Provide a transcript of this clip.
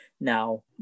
now